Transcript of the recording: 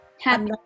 Happy